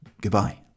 goodbye